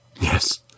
Yes